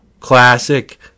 Classic